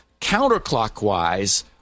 counterclockwise